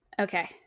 Okay